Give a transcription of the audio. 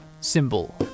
symbol